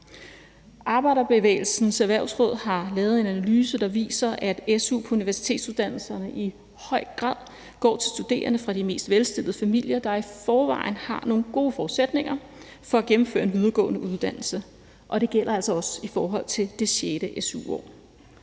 Arbejderbevægelsens Erhvervsråd har lavet en analyse, der viser, at su på universitetsuddannelserne i høj grad går til studerende fra de mest velstillede familier, der i forvejen har nogle gode forudsætninger for at gennemføre en videregående uddannelse, og det gælder altså også i forhold til det sjette su-år.